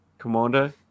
Commander